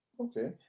Okay